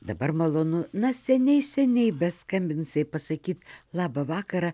dabar malonu na seniai seniai beskambinusiai pasakyt labą vakarą